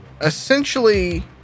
essentially